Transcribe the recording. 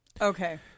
Okay